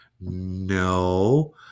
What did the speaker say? No